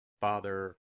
Father